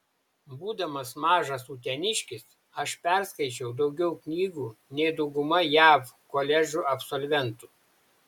būdamas mažas uteniškis aš perskaičiau daugiau knygų nei dauguma jav koledžų absolventų